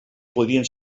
podrien